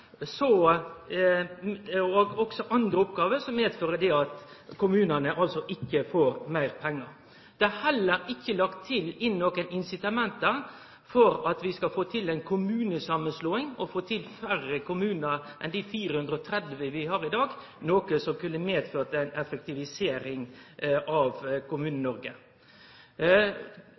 og også andre oppgåver, medfører det at kommunane ikkje får meir pengar. Det er heller ikkje lagt inn noko incitament for at vi skal få til ei kommunesamanslåing, få til færre kommunar enn dei 430 vi har i dag – noko som kunne medført ei effektivisering av